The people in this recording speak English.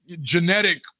genetic